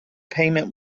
payment